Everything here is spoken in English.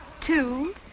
two